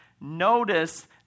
notice